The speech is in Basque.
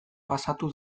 pasatu